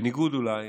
בניגוד אולי